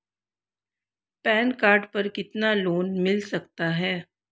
Pan card पर कितना loan मिल सकता है?